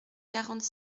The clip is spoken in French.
quarante